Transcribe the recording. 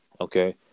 Okay